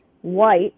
white